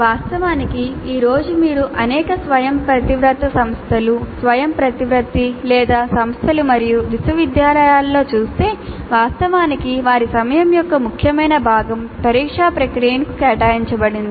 వాస్తవానికి ఈ రోజు మీరు అనేక స్వయంప్రతిపత్త సంస్థలు స్వయంప్రతిపత్తి లేని సంస్థలు మరియు విశ్వవిద్యాలయాలలో చూస్తే వాస్తవానికి వారి సమయం యొక్క ముఖ్యమైన భాగం పరీక్షా ప్రక్రియకు కేటాయించబడింది